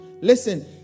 Listen